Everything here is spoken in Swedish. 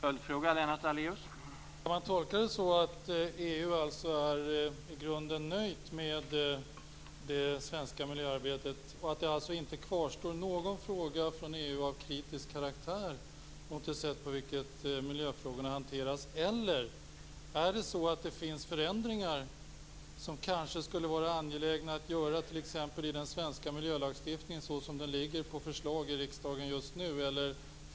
Herr talman! Skall man tolka det så att EU i grunden är nöjd med det svenska miljöarbetet och så att det inte kvarstår någon fråga från EU av kritisk karaktär mot det sätt på vilket miljöfrågorna hanteras? Eller finns det förändringar som skulle vara angelägna att göra, t.ex. i förslaget till svensk miljölagstiftning som nu har lagts på riksdagens bord?